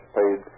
paid